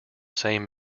same